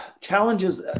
challenges –